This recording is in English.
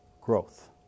growth